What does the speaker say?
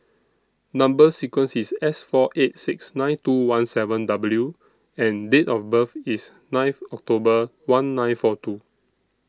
Number sequence IS S four eight six nine two one seven W and Date of birth IS ninth October one nine four two